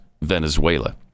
Venezuela